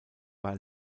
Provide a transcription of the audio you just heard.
war